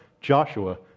Joshua